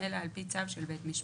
אלא על פי צו של בית משפט,